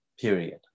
period